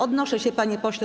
Odnoszę się, panie pośle.